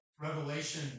Revelation